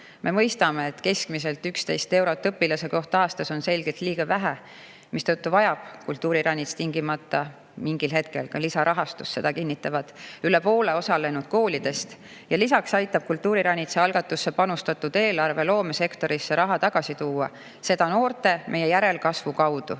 Me mõistame, et keskmiselt 11 eurot õpilase kohta aastas on selgelt liiga vähe, mistõttu vajab kultuuriranits tingimata mingil hetkel ka lisarahastust. Seda kinnitavad üle poole osalenud koolidest. Lisaks aitab kultuuriranitsa algatusse panustatud eelarve loomesektorisse raha tagasi tuua, seda noorte, meie järelkasvu kaudu.